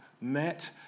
met